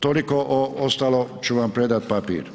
Toliko o ostalo ću vam predati papir.